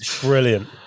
brilliant